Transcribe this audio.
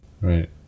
right